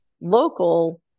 local